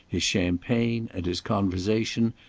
his champagne, and his conversation,